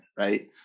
Right